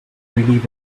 relieved